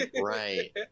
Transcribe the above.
right